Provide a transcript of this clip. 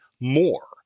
more